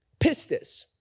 pistis